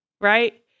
right